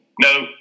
No